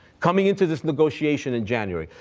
coming into this negotiation in january.